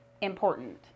important